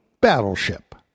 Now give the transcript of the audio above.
battleship